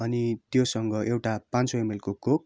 अनि त्योसँग एउटा पाँच सय एमएलको कोक